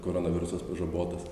koronavirusas pažabotas